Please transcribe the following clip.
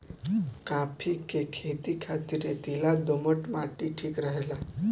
काफी के खेती खातिर रेतीला दोमट माटी ठीक रहेला